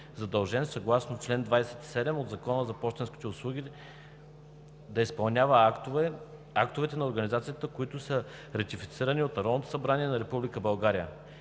задължен съгласно чл. 27 от Закона за пощенските услуги да изпълнява актовете на организацията, които са ратифицирани от Народното събрание на